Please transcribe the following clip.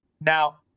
Now